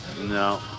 No